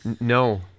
No